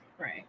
Right